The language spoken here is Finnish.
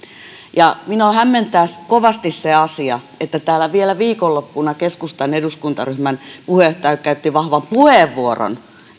minua hämmentää kovasti se asia että täällä vielä viikonloppuna keskustan eduskuntaryhmän puheenjohtaja käytti vahvan puheenvuoron